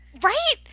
Right